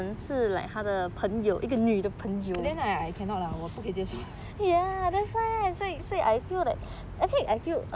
then I cannot lah 我不可以接受